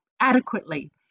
adequately